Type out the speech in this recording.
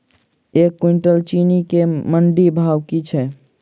एक कुनटल चीनी केँ मंडी भाउ की छै?